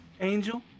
Angel